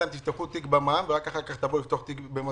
אחר כך במס הכנסה.